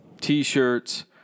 T-shirts